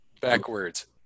Backwards